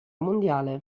mondiale